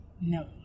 no